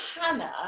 Hannah